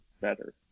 better